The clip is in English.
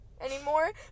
anymore